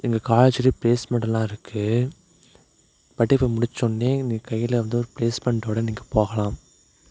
எங்கள் காலேஜிலே பிளேஸ்மெண்ட்லாம் இருக்குது படிப்ப முடிச்சோடனே நீங்கள் கையில் வந்து ஒரு பிளேஸ்மென்டோடு நீங்கள் போகலாம்